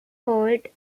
holt